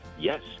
Yes